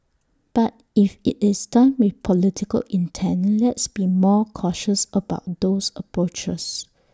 but if IT is done with political intent let's be more cautious about those approaches